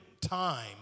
Time